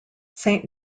saint